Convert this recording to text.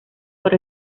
por